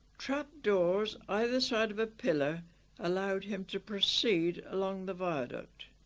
trap doors either side of a pillar allowed him to proceed along the viaduct